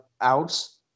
outs